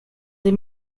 des